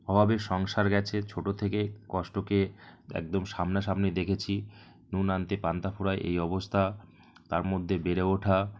অভাবের সংসার গেছে ছোটর থেকে কষ্টকে একদম সামনাসামনি দেখেছি নুন আনতে পান্তা ফুরায় এই অবস্থা তার মধ্যে বেড়ে ওঠা